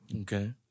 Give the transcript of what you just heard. okay